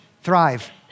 Thrive